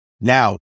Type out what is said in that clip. now